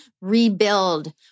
rebuild